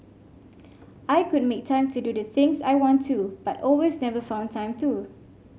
I could make time to do the things I want to but always never found time to